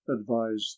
advised